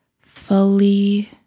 fully